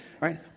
right